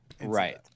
Right